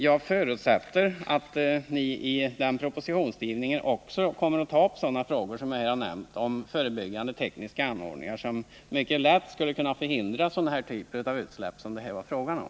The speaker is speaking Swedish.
Jag förutsätter att ni i den propositionen också kommer att ta upp sådana frågor som jag här nämnt — förebyggande tekniska anordningar, som mycket lätt skulle kunna hindra den typ av utsläpp som det här var fråga om.